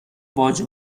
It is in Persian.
باجه